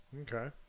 Okay